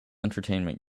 entertainment